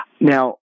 Now